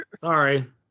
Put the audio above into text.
Sorry